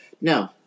no